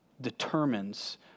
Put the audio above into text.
determines